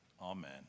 Amen